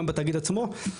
גם בתאגיד עצמו.